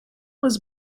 was